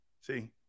See